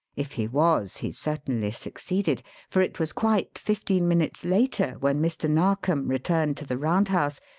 if he was, he certainly succeeded for it was quite fifteen minutes later when mr. narkom returned to the round house,